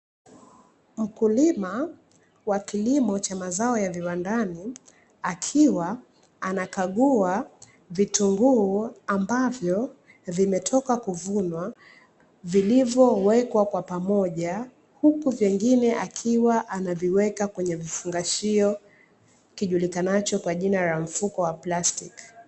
Mkulima wa kilimo cha mazao ya viwandani, akiwa anakagua vitunguu ambavyo vimetoka kuvunwa, vilivyowekwa kwa pamoja, huku vingine akiwa anaviweka kwenye vifungashio kijulikanacho kwa jina la mfuko wa plastiki.